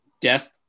death